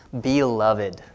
Beloved